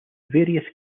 various